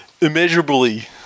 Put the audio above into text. Immeasurably